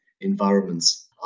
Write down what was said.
environments